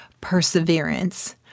perseverance